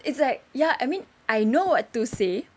it's like ya I mean I know what to say